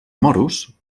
moros